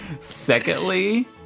secondly